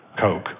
Coke